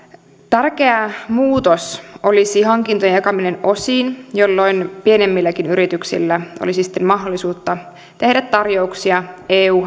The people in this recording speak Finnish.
tärkeä muutos olisi hankintojen jakaminen osiin jolloin pienemmilläkin yrityksillä olisi sitten mahdollisuutta tehdä tarjouksia eu